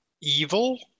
evil